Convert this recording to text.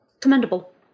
Commendable